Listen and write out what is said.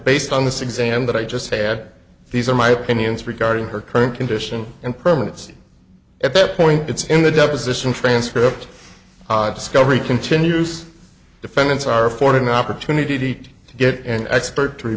based on this exam that i just said these are my opinions regarding her current condition and permanency at that point it's in the deposition transcript of discovery continues defendants are afforded an opportunity to get an expert t